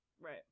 Right